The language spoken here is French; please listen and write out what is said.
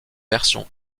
version